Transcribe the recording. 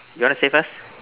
you want to say first